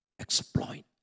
exploit